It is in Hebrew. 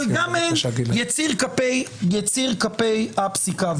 אבל גם הם יציר כפי הפסיקה.